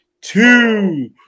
Two